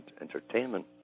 entertainment